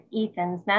Ethan's